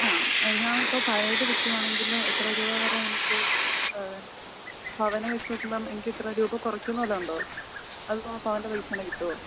ആ അത് ഞാനിപ്പോള് പഴയതു വില്ക്കുകയാണെങ്കില് എത്ര രൂപ വരെ എനിക്കു പവനെ വച്ചുനോക്കുമ്പോള് എനിക്കിത്ര രൂപ കുറയ്ക്കുമെന്നു വല്ലതുമുണ്ടോ അതോ പവന്റെ പൈസ തന്നെ കിട്ടുമോ